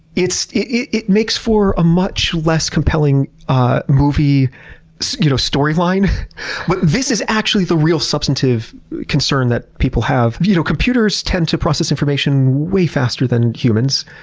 it makes for a much less compelling ah movie you know story line, but this is actually the real substantive concern that people have. you know, computers tend to process information way faster than humans,